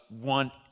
want